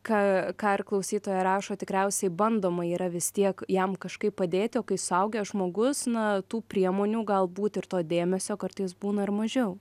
ką ką ir klausytoja rašo tikriausiai bandoma yra vis tiek jam kažkaip padėti o kai suaugęs žmogus na tų priemonių galbūt ir to dėmesio kartais būna ir mažiau